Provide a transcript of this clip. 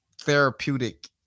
therapeutic